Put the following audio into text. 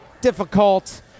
difficult